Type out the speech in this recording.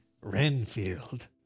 Renfield